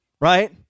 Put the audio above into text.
right